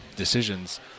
decisions